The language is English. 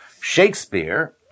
Shakespeare